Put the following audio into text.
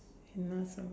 you know so